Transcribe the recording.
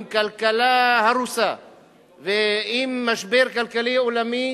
עם כלכלה הרוסה ועם משבר כלכלי עולמי,